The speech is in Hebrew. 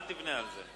אל תבנה על זה.